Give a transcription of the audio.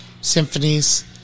Symphonies